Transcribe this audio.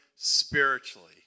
spiritually